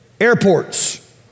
airports